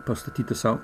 pastatyti sau